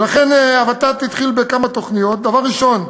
לכן, הוות"ת התחיל בכמה תוכניות: דבר ראשון,